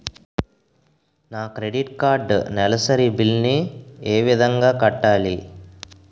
నా credit card నెలసరి bill ని ఏ విధంగా కట్టాలి?